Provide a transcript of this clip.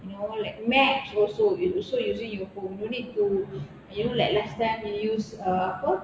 you know like mac also you also using your phone don't need to you know like last time you use uh apa